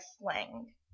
slang